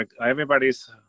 Everybody's